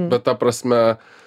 bet ta prasme